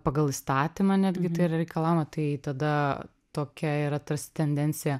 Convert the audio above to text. pagal įstatymą netgi tai yra reikalaujama tai tada tokia yra tarsi tendencija